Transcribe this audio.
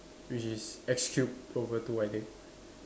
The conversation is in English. which is X cube over two I think